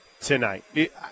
tonight